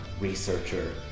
researcher